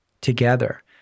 together